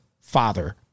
father